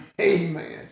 Amen